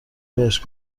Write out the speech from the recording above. بهش